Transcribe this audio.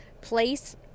place